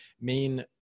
main